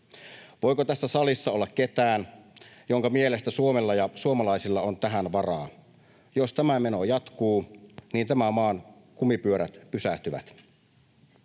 Voiko tässä salissa olla ketään, jonka mielestä Suomella ja suomalaisilla on tähän varaa? Jos tämä meno jatkuu, niin tämän maan kumipyörät pysähtyvät.